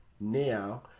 now